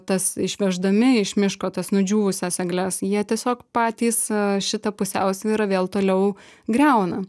tas išveždami iš miško tas nudžiūvusias egles jie tiesiog patys šitą pusiausvyrą vėl toliau griauna